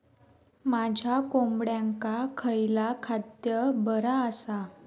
माझ्या कोंबड्यांका खयला खाद्य बरा आसा?